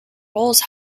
roles